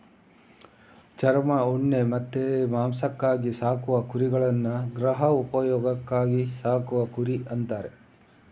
ಚರ್ಮ, ಉಣ್ಣೆ ಮತ್ತೆ ಮಾಂಸಕ್ಕಾಗಿ ಸಾಕುವ ಕುರಿಗಳನ್ನ ಗೃಹ ಉಪಯೋಗಕ್ಕಾಗಿ ಸಾಕುವ ಕುರಿ ಅಂತಾರೆ